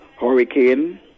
hurricane